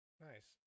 Nice